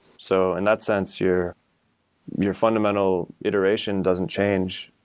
so and that sense, your your fundamental iteration doesn't change.